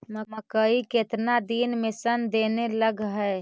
मकइ केतना दिन में शन देने लग है?